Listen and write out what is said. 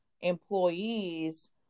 employees